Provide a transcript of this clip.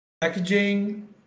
packaging